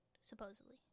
supposedly